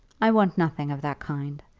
i want nothing of that kind.